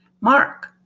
Mark